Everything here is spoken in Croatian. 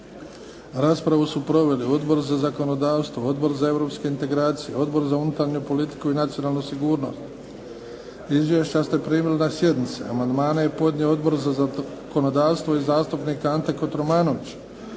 Raspravu su proveli Odbor za zakonodavstvo, Odbor za europske integracije, Odbor za unutarnju politiku i nacionalnu sigurnost. Izvješća ste primili na sjednici. Amandmane je podnio Odbor za zakonodavstvo i zastupnik Ante Kotromanović.